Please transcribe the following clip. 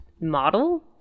model